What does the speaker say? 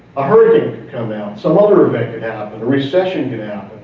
a hurricane can come down, some other event could happen, a recession you know